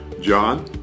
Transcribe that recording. John